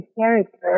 character